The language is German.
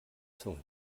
zunge